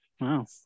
Wow